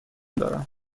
دارم